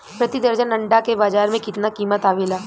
प्रति दर्जन अंडा के बाजार मे कितना कीमत आवेला?